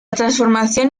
transformación